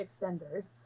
extenders